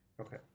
Okay